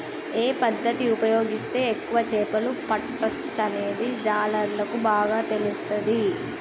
ఏ పద్దతి ఉపయోగిస్తే ఎక్కువ చేపలు పట్టొచ్చనేది జాలర్లకు బాగా తెలుస్తది